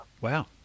Wow